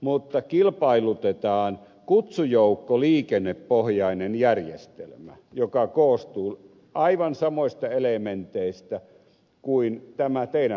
mutta kilpailutetaan kutsujoukkoliikennepohjainen järjestelmä joka koostuu aivan samoista elementeistä kuin tämä teidän ratkaisunne